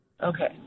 Okay